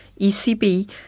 ECB